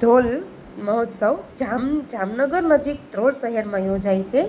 ધ્રોલ મહોત્સવ જામનગર નજીક ધ્રોલ શહેરમાં યોજાય છે